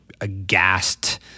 aghast